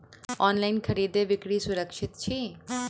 online खरीदै बिक्री सुरक्षित छी